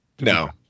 No